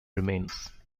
remains